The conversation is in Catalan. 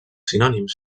sinònims